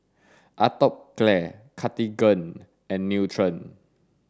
Atopiclair Cartigain and Nutren